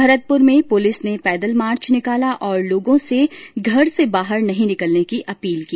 भरतपुर में पूलिस ने पैदल मार्च निकाला और लोगों से घर से बाहर नहीं निकलने की अपील की